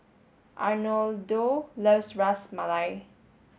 Arnoldo loves Ras Malai